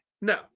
no